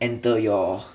enter your